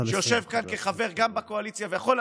שיושבים כאן כחברים גם בקואליציה ויכולים